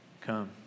come